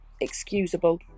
excusable